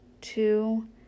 two